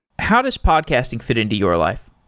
how does podcasting fit into your life?